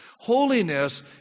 Holiness